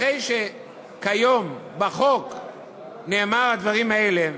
אחרי שכיום בחוק נאמרו הדברים האלה,